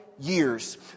Years